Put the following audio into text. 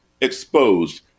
exposed